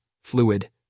fluid